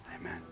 Amen